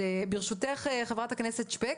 ברשותך, חברת הכנסת שפק,